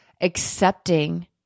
accepting